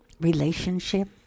relationship